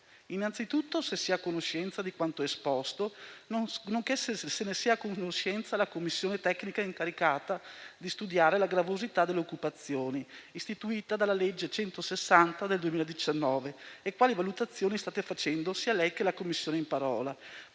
anzitutto se sia a conoscenza di quanto esposto, nonché se ne sia a conoscenza la commissione tecnica incaricata di studiare la gravosità delle occupazioni, istituita dalla legge n. 160 del 2019, e quali valutazioni stiate facendo sia lei che la commissione in parola;